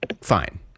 fine